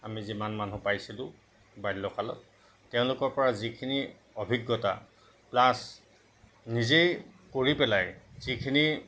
আমি যিমান মানুহ পাইছিলোঁ বাল্যকালত তেওঁলোকৰ পৰা যিখিনি অভিজ্ঞতা প্লাছ নিজেই কৰি পেলাই যিখিনি